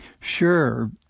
Sure